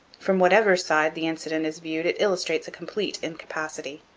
from whatever side the incident is viewed it illustrates a complete incapacity.